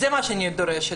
זה מה שאני דורשת.